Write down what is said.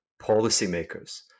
policymakers